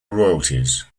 royalties